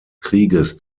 krieges